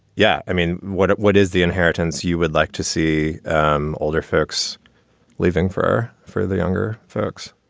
yeah, i mean, what what is the inheritance you would like to see um older folks living for for the younger folks?